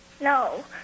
No